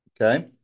Okay